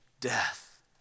death